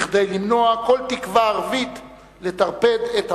כדי למנוע כל תקווה ערבית לטרפד את המהלך,